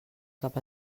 cap